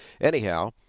Anyhow